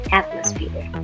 atmosphere